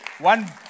one